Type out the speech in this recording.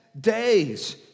days